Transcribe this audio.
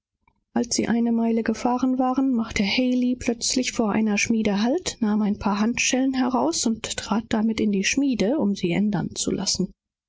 als sie ungefähr eine meile weit gefahren waren hielt haley plötzlich vor der thür eines hufschmieds an nahm ein paar handschellen aus dem wagen hervor und trat damit in die schmiede um eine aenderung derselben vornehmen zu lassen